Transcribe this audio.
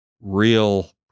real